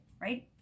right